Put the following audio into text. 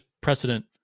precedent